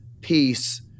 peace